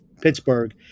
Pittsburgh